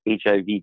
HIV